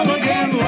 again